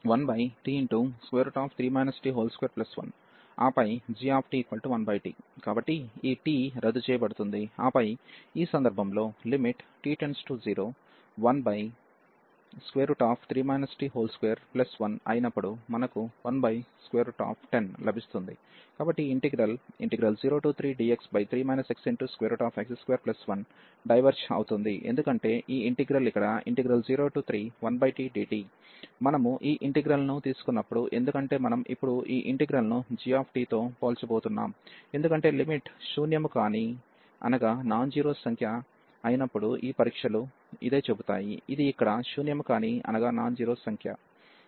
ఆపై g1t కాబట్టి ఈ t రద్దు చేయబడుతుంది ఆపై ఈ సందర్భంలో t→013 t21అయినప్పుడు మనకు 110 లభిస్తుంది కాబట్టి ఈ ఇంటిగ్రల్ 03dx3 xx21 డైవెర్జ్ అవుతుంది ఎందుకంటే ఈ ఇంటిగ్రల్ ఇక్కడ 031tdtమనము ఈ ఇంటిగ్రల్ ను తీసుకున్నప్పుడు ఎందుకంటే మనం ఇప్పుడు ఈ ఇంటిగ్రల్ ను g తో పోల్చబోతున్నాం ఎందుకంటే లిమిట్ శూన్యము కాని సంఖ్య అయినప్పుడు ఈ పరీక్షలు చెబుతాయి ఇది ఇక్కడ శూన్యము కాని సంఖ్య